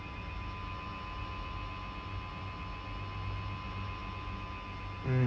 mm